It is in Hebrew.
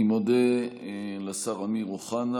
אני מודה לשר אמיר אוחנה.